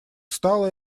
стало